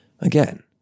Again